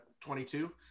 22